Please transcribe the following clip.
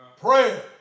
Prayer